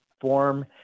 form